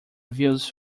views